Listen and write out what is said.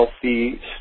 healthy